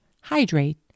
hydrate